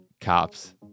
cops